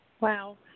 Wow